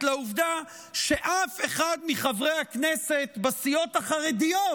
לעובדה שאף אחד מחברי הכנסת בסיעות החרדיות